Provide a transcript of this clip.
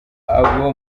abo